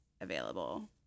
available